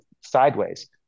sideways